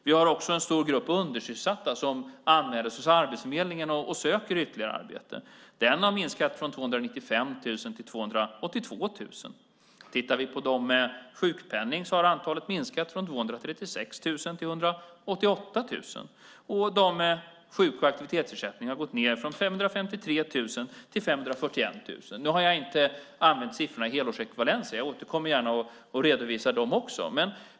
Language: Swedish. Vi har också en stor grupp undersysselsatta som anmäler sig hos Arbetsförmedlingen och söker ytterligare arbete - den har minskat från 295 000 till 282 000. Tittar vi på de med sjukpenning har antalet minskat från 236 000 till 188 000. Antalet med sjuk och aktivitetsersättning har gått ned från 553 000 till 541 000. Jag har inte använt siffrorna i helårsekvivalenter, men jag återkommer gärna och redovisar dem också.